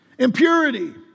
impurity